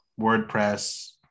WordPress